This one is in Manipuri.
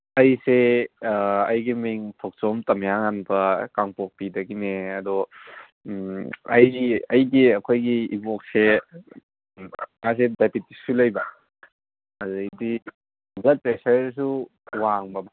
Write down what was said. ꯑꯩꯁꯦ ꯑꯩꯒꯤ ꯃꯤꯡ ꯊꯧꯆꯣꯝ ꯇꯝꯌꯥ ꯉꯥꯟꯕ ꯀꯥꯡꯄꯣꯛꯄꯤꯗꯒꯤꯅꯦ ꯑꯗꯣ ꯑꯩꯒꯤ ꯑꯩꯈꯣꯏꯒꯤ ꯏꯕꯣꯛꯁꯦ ꯃꯥꯁꯦ ꯗꯥꯏꯕꯦꯇꯤꯁꯁꯨ ꯂꯩꯕ ꯑꯗꯨꯗꯩꯗꯤ ꯕ꯭ꯂꯗ ꯄ꯭ꯔꯦꯁꯔꯁꯨ ꯋꯥꯡꯕ